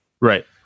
Right